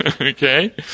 Okay